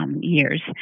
years